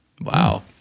Wow